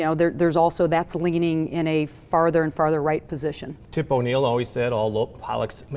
know, there's there's also, that's leaning in a farther and farther right position. tip o'neill always said, although politics,